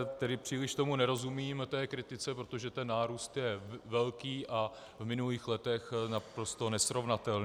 Tedy příliš tomu nerozumím, té kritice, protože ten nárůst je velký a s minulými lety naprosto nesrovnatelný.